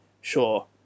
sure